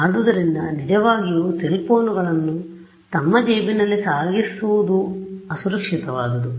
ಆದ್ದರಿಂದ ನಿಜವಾಗಿಯೂ ಸೆಲ್ ಫೋನ್ಗಳನ್ನು ತಮ್ಮ ಜೇಬಿನಲ್ಲಿ ಸಾಗಿಸುವುದು ಅಸುರಕ್ಷಿತವಾದುದು